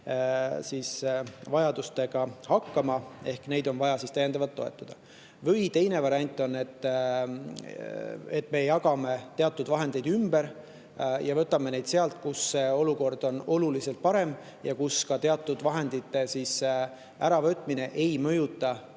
vajadustega hakkama, keda on vaja täiendavalt toetada. Teine variant on, et me jagame teatud vahendeid ümber ja võtame neid sealt, kus olukord on oluliselt parem ja kus vahendite äravõtmine ei mõjuta